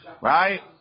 Right